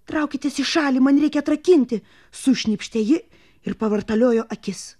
traukitės į šalį man reikia atrakinti sušnypštė ji ir pavartaliojo akis